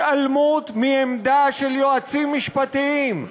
התעלמות מעמדה של יועצים משפטיים,